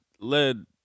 led